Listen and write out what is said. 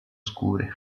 scure